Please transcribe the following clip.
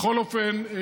בכל אופן,